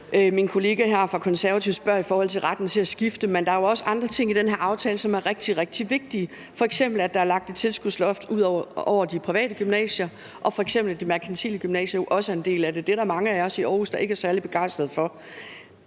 Min kollega fra Konservative spørger i forhold til retten til at skifte. Men der er jo også andre ting i den her aftale, som er rigtig, rigtig vigtige, f.eks. at der er lagt et tilskudsloft over de private gymnasier, og f.eks at det merkantile gymnasium jo også er en del af det. Det er der mange af os i Aarhus, der ikke er særlig begejstrede for.